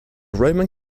roman